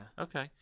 Okay